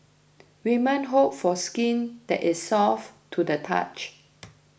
women hope for skin that is soft to the touch